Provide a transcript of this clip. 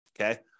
okay